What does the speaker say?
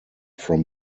from